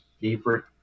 favorite